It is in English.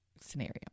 scenario